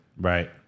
Right